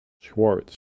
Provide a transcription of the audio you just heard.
Schwartz